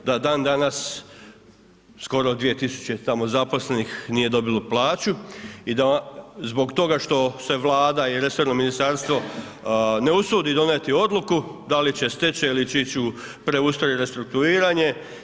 Da dan danas, skoro 2000 tamo zaposlenih nije dobilo plaću i da zbog toga što se Vlada i resorno ministarstvo ne usudi donijeti odluku da li će stečaj ili će ići u preustroj ili restrukturiranje.